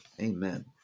Amen